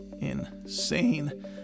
insane